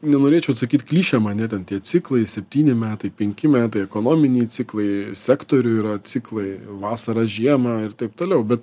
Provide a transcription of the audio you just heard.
nenorėčiau atsakyt klišėm ane ten tie ciklai septyni metai penki metai ekonominiai ciklai sektorių yra ciklai vasara žiema ir taip toliau bet